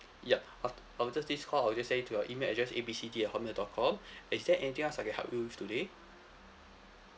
yup aft~ after this call I will just send it to your email address A B C D at hotmail dot com is there anything else I can help you with today